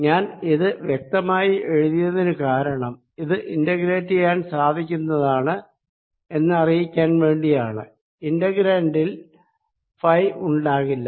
ഞാൻ ഇത് വ്യക്തമായി എഴുതിയതിന് കാരണം ഇത് ഇന്റഗ്രേറ്റ് ചെയ്യാൻ സാധിക്കുന്നതാണ് എന്നറിയിക്കാൻ വേണ്ടിയാണ് ഇന്റെഗ്രാന്റിൽ ഫൈ ഉണ്ടാകില്ല